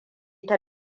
ta